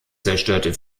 zerstörte